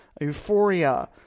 euphoria